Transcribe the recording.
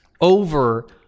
over